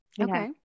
Okay